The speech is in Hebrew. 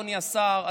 אדוני השר,